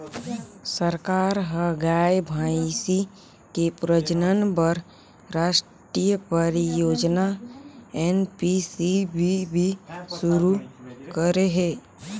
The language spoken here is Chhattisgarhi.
सरकार ह गाय, भइसी के प्रजनन बर रास्टीय परियोजना एन.पी.सी.बी.बी सुरू करे हे